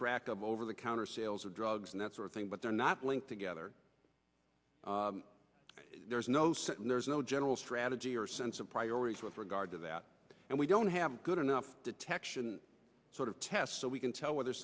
track of over the counter sales of drugs and that sort of thing but they're not linked together there's no sense and there's no general strategy or sense of priorities with regard to that and we don't have a good enough detection sort of test so we can tell whether